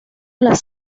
las